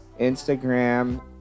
instagram